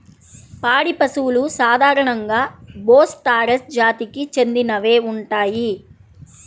పాడి పశువులు సాధారణంగా బోస్ టారస్ జాతికి చెందినవే ఉంటాయి